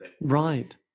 Right